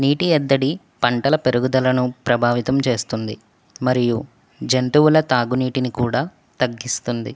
నీటి ఎద్దడి పంటల పెరుగుదలను ప్రభావితం చేస్తుంది మరియు జంతువుల తాగునీటిని కూడా తగ్గిస్తుంది